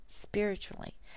Spiritually